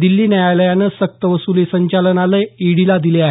दिल्ली न्यायालयानं सक्तवसूली संचालनालय ईडीला दिले आहेत